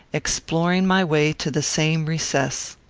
exploring my way to the same recess.